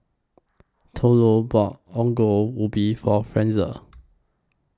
Thurlow bought Ongol Ubi For Frazier